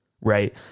right